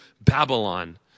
Babylon